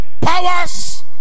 powers